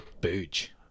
booch